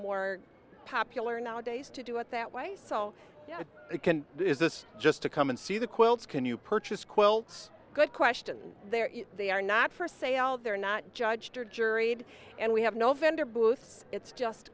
more popular nowadays to do it that way so it can is this just to come and see the quilts can you purchase quilts good question there they are not for sale they're not judged or juried and we have no vendor booths it's just